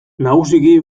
nagusiki